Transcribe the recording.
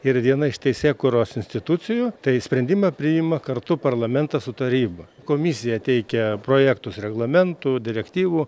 ir viena iš teisėkūros institucijų tai sprendimą priima kartu parlamentas su taryba komisija teikia projektus reglamentų direktyvų